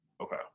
Okay